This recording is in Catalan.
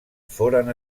foren